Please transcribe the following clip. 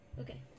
Okay